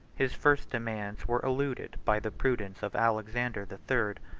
his first demands were eluded by the prudence of alexander the third,